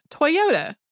Toyota